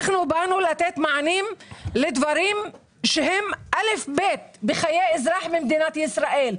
אנחנו באנו לתת מענים לדברים שהם אל"ף-בי"ת בחיי אזרח במדינת ישראל.